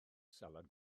salad